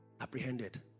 apprehended